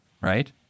right